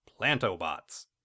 plantobots